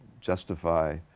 justify